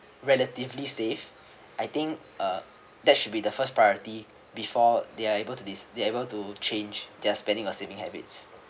relatively safe I think uh that should be the first priority before they're able to this they're able to change their spending or saving habits